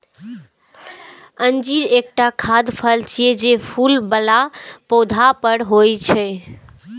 अंजीर एकटा खाद्य फल छियै, जे फूल बला पौधा पर होइ छै